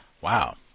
Wow